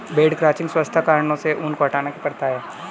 भेड़ क्रचिंग स्वच्छता कारणों से ऊन को हटाने की प्रथा है